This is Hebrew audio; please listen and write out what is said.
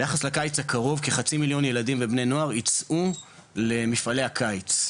ביחס לקיץ הקרוב כחצי מיליון ילדים ובני נוער יצאו למפעלי הקיץ,